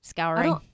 Scouring